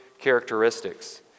characteristics